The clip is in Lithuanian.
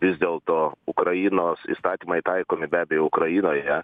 vis dėlto ukrainos įstatymai taikomi be abejo ukrainoje